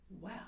wow